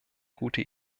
gute